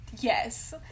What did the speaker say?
Yes